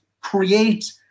create